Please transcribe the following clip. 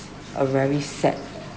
a very sad